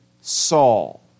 Saul